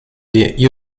die